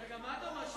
רגע, אז מה אתה אומר?